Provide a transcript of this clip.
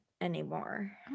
anymore